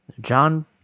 John